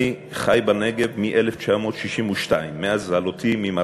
אני חי בנגב מ-1962, מאז עלייתי ממרוקו.